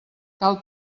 cal